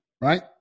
right